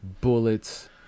bullets